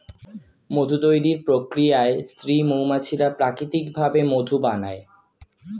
মধু তৈরির প্রক্রিয়ায় স্ত্রী মৌমাছিরা প্রাকৃতিক ভাবে মধু বানায়